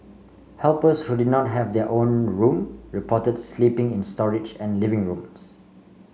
helpers who did not have their own room reported sleeping in storage and living rooms